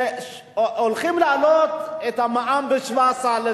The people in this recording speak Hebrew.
שהולכים להעלות את המע"מ ל-17%.